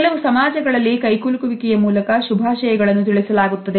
ಕೆಲವು ಸಮಾಜಗಳಲ್ಲಿ ಕೈಕುಲುಕುವಿಕೆಯ ಮೂಲಕ ಶುಭಾಶಯಗಳನ್ನು ತಿಳಿಸಲಾಗುತ್ತದೆ